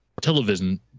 television